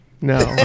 No